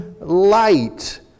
light